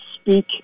speak